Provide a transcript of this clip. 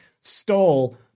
stole